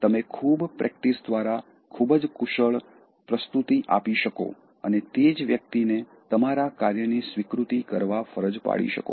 તમે ખૂબ પ્રેક્ટિસ દ્વારા ખૂબ જ કુશળ પ્રસ્તુતિ આપી શકો અને તે જ વ્યક્તિને તમારા કાર્યની સ્વીકૃતિ કરવા ફરજ પાડી શકો